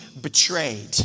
betrayed